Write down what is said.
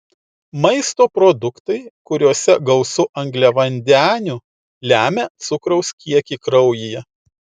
maisto produktai kuriuose gausu angliavandenių lemia cukraus kiekį kraujyje